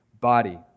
body